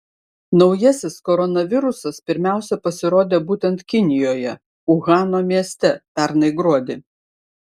naujasis koronavirusas pirmiausia pasirodė būtent kinijoje uhano mieste pernai gruodį